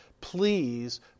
please